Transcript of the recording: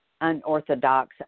unorthodox